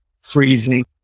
freezing